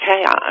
chaos